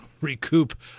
recoup